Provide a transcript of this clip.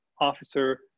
Officer